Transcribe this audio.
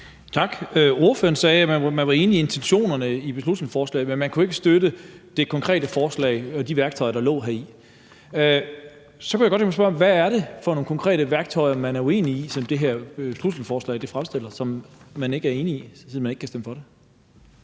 tak. Ordføreren sagde, at man var enig i intentionerne i beslutningsforslaget, men at man ikke kunne støtte det konkrete forslag og de værktøjer, der lå i det. Så kunne jeg godt tænke mig at spørge: Hvad er det for nogle konkrete værktøjer, altså de værktøjer, som bliver fremstillet i det her beslutningsforslag, som man ikke er enig i, og som gør, at man ikke kan stemme for det?